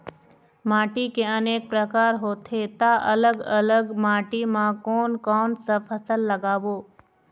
माटी के अनेक प्रकार होथे ता अलग अलग माटी मा कोन कौन सा फसल लगाबो?